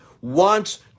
wants